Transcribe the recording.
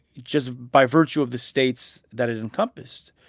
just by virtue of the states that it encompassed.